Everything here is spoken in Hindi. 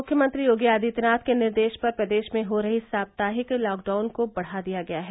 मुख्यमंत्री योगी आदित्यनाथ के निर्देश पर प्रदेश में हो रही साप्ताहिक लॉकडाउन को बढ़ा दिया गया है